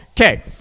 okay